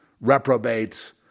reprobates